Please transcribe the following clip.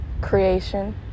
creation